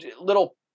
little